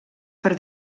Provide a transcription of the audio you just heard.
per